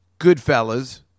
Goodfellas